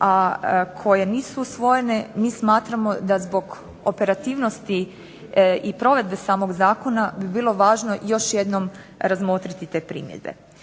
a koje nisu usvojene. Mi smatramo da zbog operativnosti i provedbe samog zakona bi bilo važno još jednom razmotriti te primjedbe.